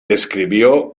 escribió